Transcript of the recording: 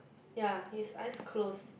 yea his eyes close